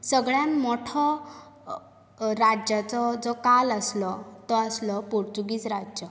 सगळ्यांत मोठो राज्याचो जो काळ आसलो तो आसलो पोर्तुगीज राज्य